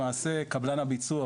למעשה קבלן הביצוע,